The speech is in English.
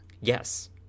Yes